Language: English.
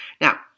Now